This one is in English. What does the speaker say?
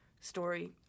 story